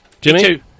Jimmy